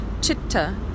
Chitta